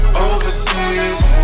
overseas